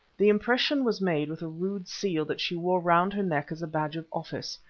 the impression was made with a rude seal that she wore round her neck as a badge of office.